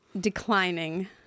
declining